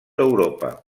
europa